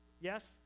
Yes